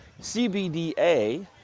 cbda